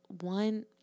one